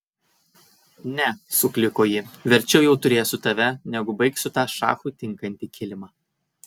ne sukliko ji verčiau jau turėsiu tave negu baigsiu tą šachui tinkantį kilimą